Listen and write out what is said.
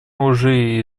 уже